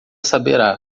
saberá